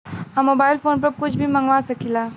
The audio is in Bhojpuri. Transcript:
हम मोबाइल फोन पर कुछ भी मंगवा सकिला?